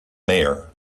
mayor